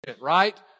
right